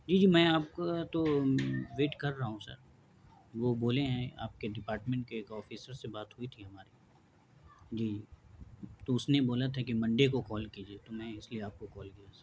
جی جی میں آپ کا تو ویٹ کر رہا ہوں سر وہ بولے ہیں آپ کے ڈپارٹمنٹ کے ایک آفیسر سے بات ہوئی تھی ہماری جی تو اس نے بولا تھا کہ منڈے کو کال کیجیے تو میں اس لیے آپ کو کال کیا ہوں سر